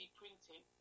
printing